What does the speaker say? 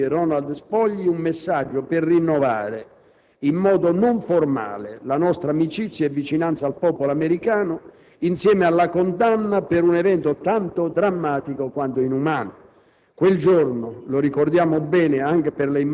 ho inviato ieri all'ambasciatore degli Stati Uniti Ronald Spogli un messaggio per rinnovare in modo non formale la nostra amicizia e vicinanza al popolo americano insieme alla condanna per un evento tanto drammatico quanto inumano.